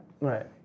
Right